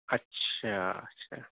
اچھا اچھا